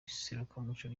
iserukiramuco